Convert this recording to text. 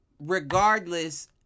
regardless